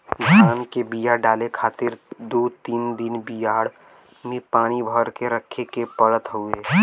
धान के बिया डाले खातिर दू तीन दिन बियाड़ में पानी भर के रखे के पड़त हउवे